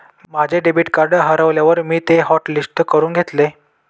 माझे debit card हरवल्यावर मी ते हॉटलिस्ट करून घेतले